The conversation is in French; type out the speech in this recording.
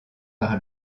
par